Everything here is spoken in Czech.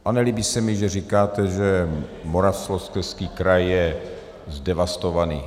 A nelíbí se mi, že říkáte, že Moravskoslezský kraj je zdevastovaný.